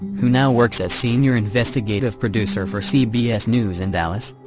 who now works as senior investigative producer for cbs news in dallas.